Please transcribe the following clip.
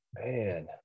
Man